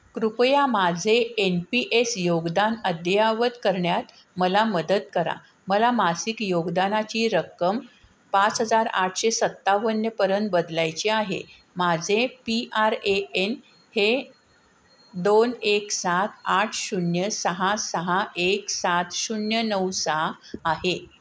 कृपया माझे N P S योगदान अद्ययावत करण्यात मला मदत करा मला मासिक योगदानाची रक्कम पाच हजार आठशे सत्तावन्नपर्यंत बदलायची आहे माझे पी आर ए एन हे दोन एक सात आठ शून्य सहा सहा एक सात शून्य नऊ सहा आहे